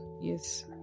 Yes